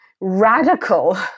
radical